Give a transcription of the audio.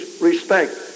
respect